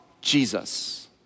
Jesus